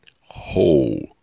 whole